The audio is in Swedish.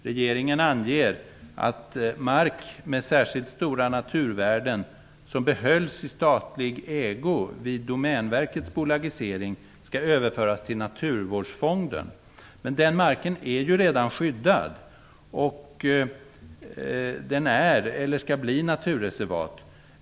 Regeringen anger att mark med särskilt stora naturvärden som behölls i statlig ägo vid Domänverkets bolagisering skall överföras till Naturvårdsfonden. Men den marken är ju redan skyddad. Den skall bli naturreservat.